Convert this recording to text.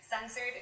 censored